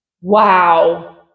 wow